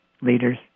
leaders